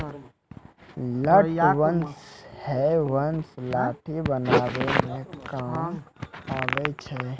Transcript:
लठ बांस हैय बांस लाठी बनावै म काम आबै छै